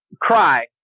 cry